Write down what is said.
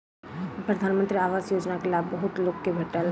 प्रधानमंत्री आवास योजना के लाभ बहुत लोक के भेटल